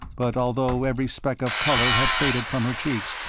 but although every speck of colour had faded from her cheeks,